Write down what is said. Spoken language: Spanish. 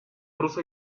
rusa